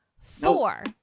Four